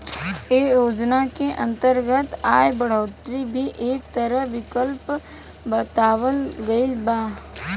ऐ योजना के अंतर्गत आय बढ़ोतरी भी एक तरह विकल्प बतावल गईल बा